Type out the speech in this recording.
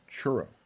churro